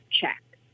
check